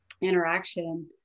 interaction